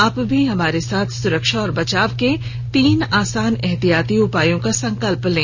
आप भी हमारे साथ सुरक्षा और बचाव के तीन आसान एहतियाती उपायों का संकल्प लें